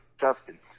Justin